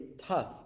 tough